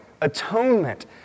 atonement